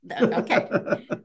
okay